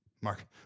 mark